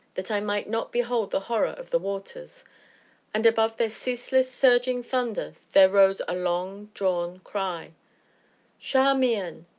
that i might not behold the horror of the waters and above their ceaseless, surging thunder there rose a long-drawn cry charmian!